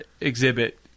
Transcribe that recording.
exhibit